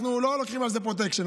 אנחנו לא לוקחים על זה פרוטקשן.